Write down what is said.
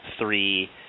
three